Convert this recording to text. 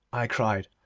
i cried,